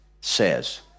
says